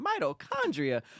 mitochondria